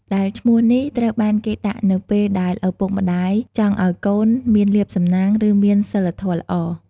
ដែលឈ្មោះនេះ ត្រូវបានគេដាក់នៅពេលដែលឪពុកម្តាយចង់ឲ្យកូនមានលាភសំណាង ឬមានសីលធម៌ល្អ។